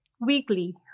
weekly